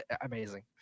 amazing